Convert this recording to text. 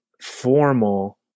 formal